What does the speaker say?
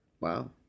Wow